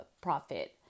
profit